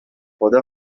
خدا